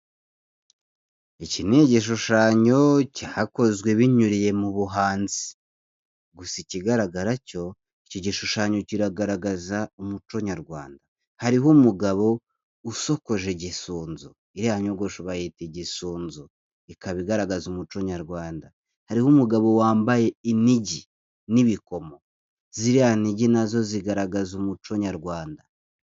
Iki ni igishushanyo cyakozwe binyuriye mu buhanzi, gusa ikigaragara cyo iki gishushanyo kiragaragaza umuco nyarwanda. Hariho umugabo usokoje igisunzu iriya nyogosho bayita igisunzu ikaba igaragaza umuco nyarwanda. Hariho umugabo wambaye inigi n'ibikomo, ziriya nigi nazo zigaragaza umuco nyarwanda.